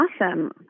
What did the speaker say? Awesome